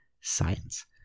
science